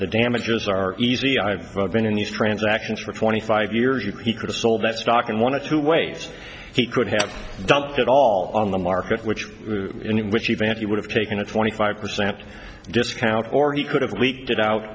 the damages are easy i've been in these transactions for twenty five years you he could have sold that stock in one of two ways he could have dumped it all on the market which in which event he would have taken a twenty five percent discount or he could have leaked it out